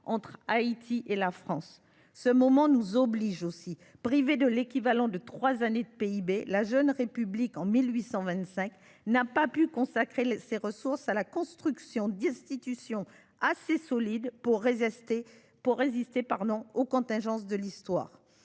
entre Haïti et la France. Ce moment nous oblige aussi. Privée de l’équivalent de trois années de revenu national, la jeune République, en 1825, n’a pas pu consacrer ses ressources à la construction d’institutions assez solides pour résister aux contingences de l’histoire.